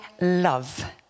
love